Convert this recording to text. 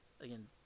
Again